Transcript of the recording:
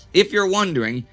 if you're wondering,